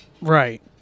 Right